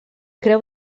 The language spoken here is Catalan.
creu